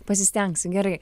pasistengsi gerai